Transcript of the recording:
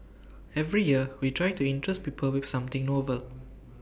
every year we try to interest people with something novel